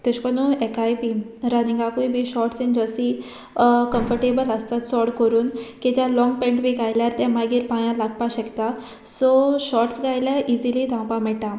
तेशें कोनू हेकाय बी रनिंगाकूय बी शॉर्ट्स एण जर्सी कम्फटेबल आसता चोड करून किद्या लाँग पेंट बी गायल्यार ते मागीर पांयां लागपाक शकता सो शॉर्ट्स गायल्यार इजिली धांवपा मेयटा